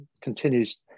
continues